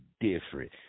different